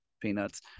peanuts